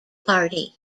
party